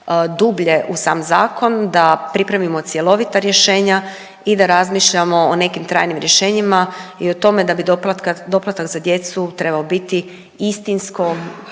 dublje u sam zakon, da pripremimo cjelovita rješenja i da razmišljamo o nekim trajnim rješenjima i o tome da bi doplatak za djecu trebao biti istinsko